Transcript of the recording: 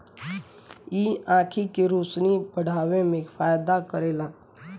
इ आंखी के रोशनी बढ़ावे में फायदा करेला